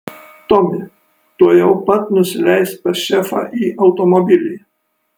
tomi tuojau pat nusileisk pas šefą į automobilį